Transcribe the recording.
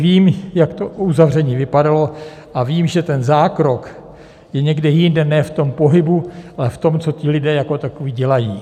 Vím, jak to uzavření vypadalo, a vím, že ten zákrok je někde jinde, ne v tom pohybu, ale v tom, co ti lidé jako takoví dělají.